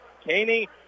Caney